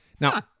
Now